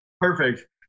perfect